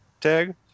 tag